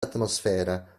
atmosfera